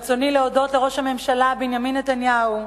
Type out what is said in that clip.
ברצוני להודות לראש הממשלה בנימין נתניהו,